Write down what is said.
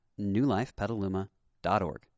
newlifepetaluma.org